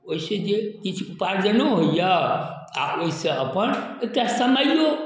ओहिसँ जे किछु उपार्जनो होइए आओर ओहिसँ अपन एकटा समैयो